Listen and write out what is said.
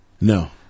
No